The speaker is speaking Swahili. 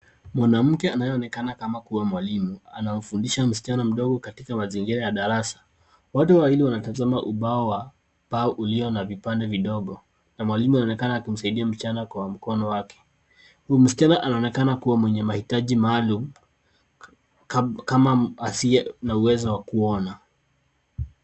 Mwanamke anayeonekana ama kuwa mwalimu anamfundisha msichana mdogo katika mazingira ya darasa. Watu wawili wanatazama ubao wa wa paa ulio na vipande vidogo na mwalimu aonekana kumsaidia msichana kwa mkono wake. Huyu msichana anaonekana kuwa mwenye mahitaji maalum kama asiye na uwezo wa kuona.